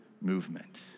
movement